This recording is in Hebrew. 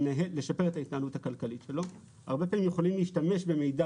לשפר את ההתנהלות הכלכלית שלו הרבה פעמים יכולים להשתמש במידע